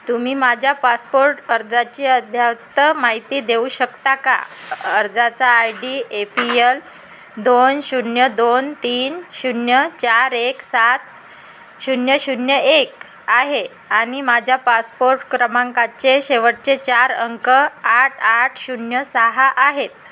तुम्ही माझ्या पासपोर्ट अर्जाची अध्यात्त माहिती देऊ शकता का अर्जाचा I D A P L दोन शून्य दोन तीन शून्य चार एक सात शून्य शून्य एक आहे आणि माझ्या पासपोर्ट क्रमांकाचे शेवटचे चार अंक आठ आठ शून्य सहा आहेत